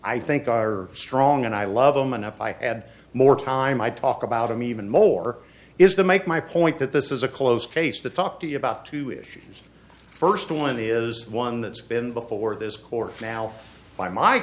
i think are strong and i love them and if i had more time i talk about them even more is the make my point that this is a close case to talk to you about two issues the first one is one that's been before this court now by my